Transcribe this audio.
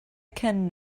can